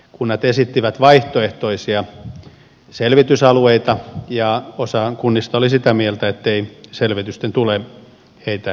kunnat esittivät vaihtoehtoisia selvitysalueita ja osa kunnista oli sitä mieltä ettei selvitysten tule heitä koskea